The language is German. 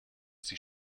sie